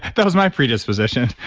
that was my predisposition.